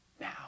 now